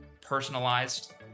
personalized